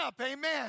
amen